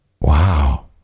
wow